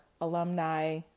alumni